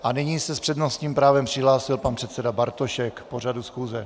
A nyní se s přednostním právem přihlásil pan předseda Bartošek k pořadu schůze.